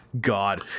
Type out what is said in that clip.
God